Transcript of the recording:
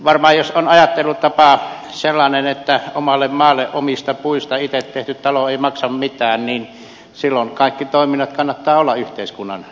varmaan jos on ajattelutapa sellainen että omalle maalle omista puista itse tehty talo ei maksa mitään niin silloin kaikkien toimintojen kannattaa olla yhteiskunnan tekemiä